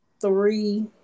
three